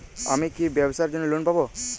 আমি কি ব্যবসার জন্য লোন পাব?